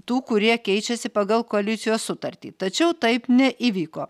tų kurie keičiasi pagal koalicijos sutartį tačiau taip neįvyko